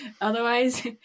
Otherwise